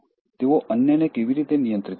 તેઓ અન્યને કેવી રીતે નિયંત્રિત કરે છે